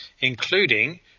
including